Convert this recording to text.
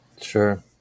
Sure